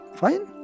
fine